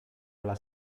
alla